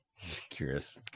Curious